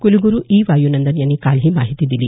कुलगुरू ई वायूनंदन यांनी काल ही माहिती दिली